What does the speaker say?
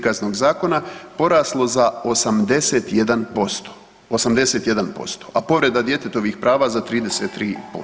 Kaznenog zakona poraslo za 81%, 81%, a povreda djetetovih prava za 33%